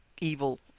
evil